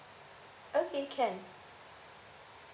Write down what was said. okay can